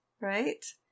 right